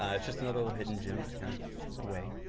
ah it's just another little hidden gem, just kind of away.